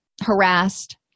harassed